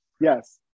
Yes